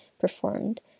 performed